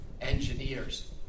engineers